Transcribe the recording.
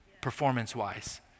performance-wise